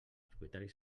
propietaris